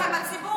ציינתי,